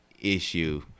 issue